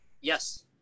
Yes